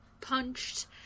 punched